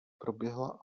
proběhla